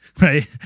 Right